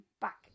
back